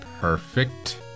Perfect